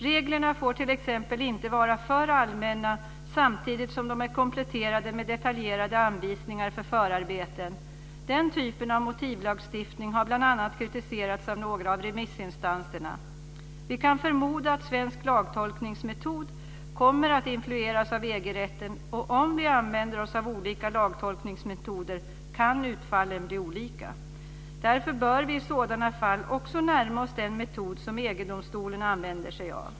Reglerna får t.ex. inte vara för allmänna samtidigt som de är kompletterade med detaljerade anvisningar för förarbeten. Den typen av motivlagstiftning har bl.a. kritiserats av några av remissinstanserna. Vi kan förmoda att svensk lagtolkningsmetod kommer att influeras av EG-rätten, och om vi använder oss av olika lagtolkningsmetoder kan utfallen bli olika. Därför bör vi i sådana fall också närma oss den metod som EG domstolen använder sig av.